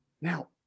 Now